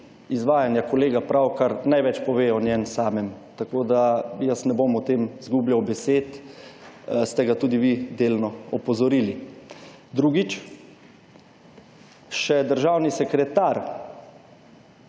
izvajanja kolega pravkar največ pove o njem samem, tako da jaz ne bom o tem izgubljal besed. Ste ga tudi vi delno opozorili. Drugič. Še državni sekretar